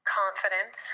confident